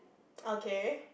okay